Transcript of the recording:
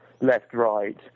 left-right